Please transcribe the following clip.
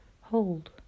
hold